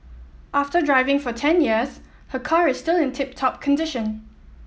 after driving for ten years her car is still in tip top condition